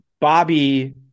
Bobby